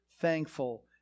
thankful